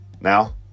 Now